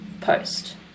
post